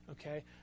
Okay